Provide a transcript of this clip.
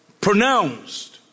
pronounced